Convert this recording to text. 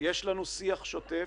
"יש לנו שיח שוטף",